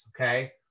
Okay